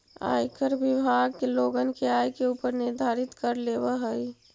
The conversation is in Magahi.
आयकर विभाग लोगन के आय के ऊपर निर्धारित कर लेवऽ हई